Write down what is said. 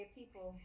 people